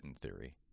theory